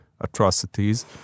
atrocities